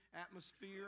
atmosphere